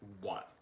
one